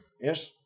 Yes